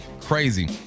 Crazy